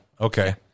Okay